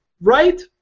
right